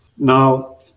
Now